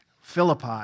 Philippi